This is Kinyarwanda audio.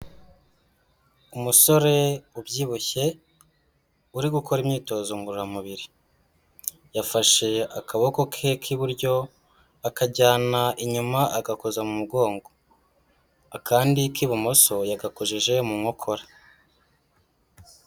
Umusore ubyibushye, uri gukora imyitozo ngororamubiri, yafashe akaboko ke k'iburyo akajyana inyuma agakoza mu mugongo, akandi k'ibumoso yagakojeje mu nkokora.